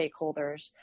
stakeholders